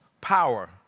power